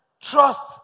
trust